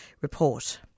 report